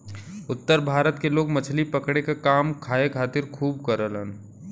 उत्तर भारत के लोग मछली पकड़े क काम खाए खातिर खूब करलन